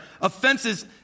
Offenses